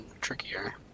trickier